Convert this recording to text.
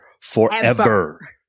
forever